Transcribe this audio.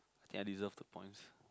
can I deserve the points